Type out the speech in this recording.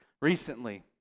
recently